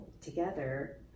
together